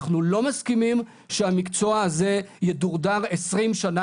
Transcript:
אנחנו לא מסכימים שהמקצוע הזה ידורדר 20 שנה